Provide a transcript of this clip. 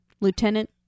lieutenant